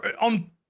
on